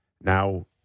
now